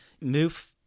move